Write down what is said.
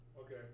Okay